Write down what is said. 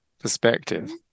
perspective